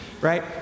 right